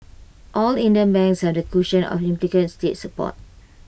all Indian banks have the cushion of implicit state support